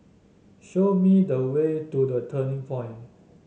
show me the way to The Turning Point